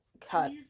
cut